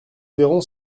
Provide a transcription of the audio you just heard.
verrons